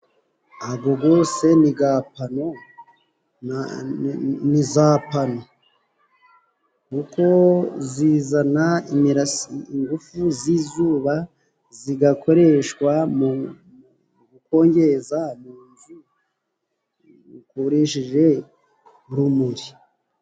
Ago gose se ni gapano ni za panu kuko zizana imirasire ingufu z'izuba zigakoreshwa mu gukongeza mu nzu ukoresheje urumuri.